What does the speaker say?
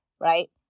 right